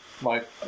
Mike